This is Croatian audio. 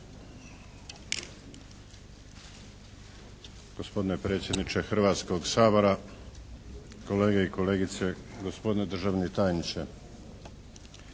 Hrvatskog sabora, kolege i kolegice, gospodine državni tajniče.